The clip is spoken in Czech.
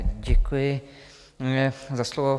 Děkuji za slovo.